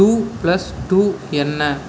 two plus two என்ன